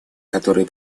которые